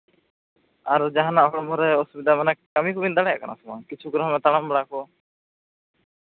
ᱟᱨ ᱡᱟᱦᱟᱱᱟᱜ ᱦᱚᱲᱢᱚ ᱨᱮ ᱚᱥᱩᱵᱤᱫᱷᱟ ᱢᱟᱱᱮ ᱠᱟᱹᱢᱤ ᱠᱚᱵᱤᱱ ᱫᱟᱲᱮᱭᱟᱜ ᱠᱟᱱᱟ ᱥᱮ ᱵᱟᱝ ᱠᱤᱪᱷᱩ ᱠᱚ ᱨᱮᱦᱚᱸ ᱛᱟᱲᱟᱢ ᱵᱟᱲᱟ ᱠᱚ